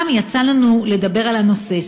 פעם יצא לנו לדבר על הנושא.